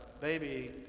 baby